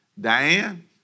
Diane